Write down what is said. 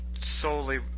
solely